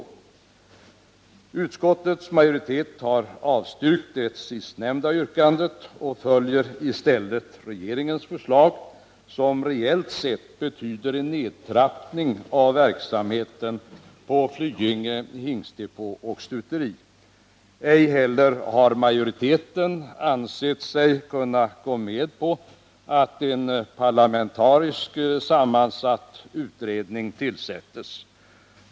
Utskottets majoritet har avstyrkt det sistnämnda yrkandet och följer i stället regeringens förslag, som reellt sett betyder nedtrappning av verksamheten på Flyinge hingstdepå och stuteri. Ej heller har majoriteten ansett sig kunna gå med på att en parlamentariskt sammansatt utredning tillsättes.